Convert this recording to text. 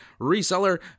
reseller